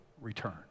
return